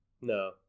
no